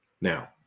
now